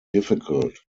difficult